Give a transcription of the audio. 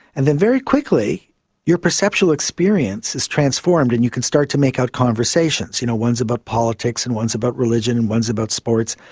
and then very quickly your perceptual experience is transformed and you can start to make out conversations, you know, one is about politics and one is about religion religion and one is about sports.